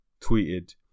tweeted